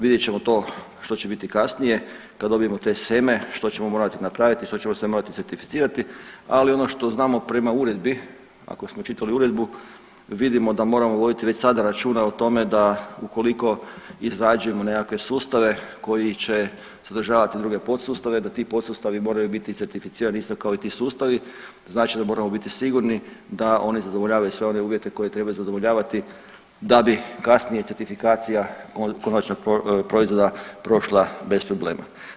Vidjet ćemo to što će biti kasnije kad dobijemo te sheme, što ćemo morati napraviti, što ćemo se morati certificirati, ali ono što znamo prema Uredbi, ako smo čitali Uredbu, vidimo da moramo voditi već sada računa o tome da ukoliko izrađujemo nekakve sustave koji će sadržavati druge podsustave, da ti podsustavi moraju biti certificirani isto kao i ti sustavi, znači da moramo biti sigurni da oni zadovoljavaju sve one uvjete koje trebaju zadovoljavati da bi kasnije certifikacija konačnog proizvoda prošla bez problema.